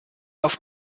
auf